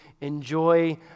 enjoy